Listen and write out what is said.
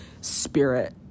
spirit